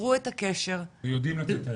תצרו את הקשר, בלי חשש,